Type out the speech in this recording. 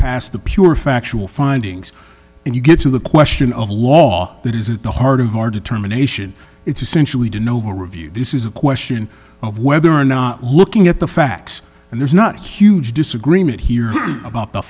past the pure factual findings you get to the question of law that is at the heart of our determination it's essentially de novo review this is a question of whether or not looking at the facts and there's not a huge disagreement here about